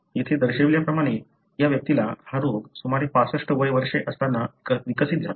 येथे दर्शविल्याप्रमाणे या व्यक्तीला हा रोग सुमारे 65 वय वर्षे असताना विकसित झाला